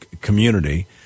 community